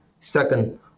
Second